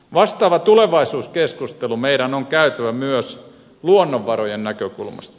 vastaava tulevaisuuskeskustelu meidän on käytävä myös luonnonvarojen näkökulmasta